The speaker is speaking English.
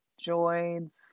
joints